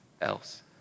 else